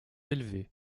élevées